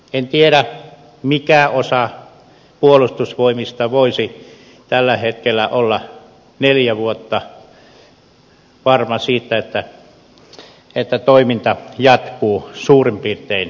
en tiedä mikä osa puolustusvoimista voisi tällä hetkellä olla neljä vuotta varma siitä että toiminta jatkuu suurin piirtein nykyisellään